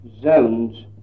zones